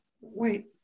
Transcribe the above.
Wait